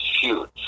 huge